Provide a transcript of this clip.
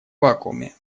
вакууме